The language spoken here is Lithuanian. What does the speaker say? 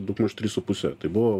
daugmaž trys su puse tai buvo